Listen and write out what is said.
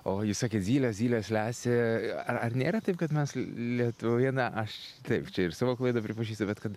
o jūs sakėt zylės zylės lesė ar ar nėra taip kad mes lietuvoje na aš taip čia ir savo klaidą pripažįstu bet kad